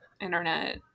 internet